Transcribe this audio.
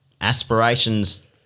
aspirations